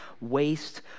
waste